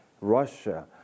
Russia